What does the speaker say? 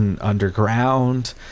underground